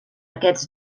aquests